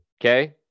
Okay